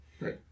Right